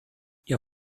ihr